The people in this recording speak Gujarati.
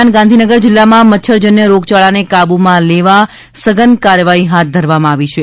દરમિયાન ગાંધીનગર જિલ્લામાં મચ્છરજન્ય રોગચાળાને કાબૂમાં લેવા સઘન કાર્યવાહી હાથ ધરાવામાં આવી છે